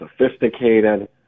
sophisticated